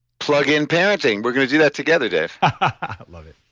plug in parenting, we're going to do that together dave love it.